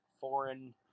foreign